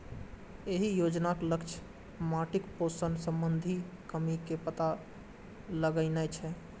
एहि योजनाक लक्ष्य माटिक पोषण संबंधी कमी के पता लगेनाय छै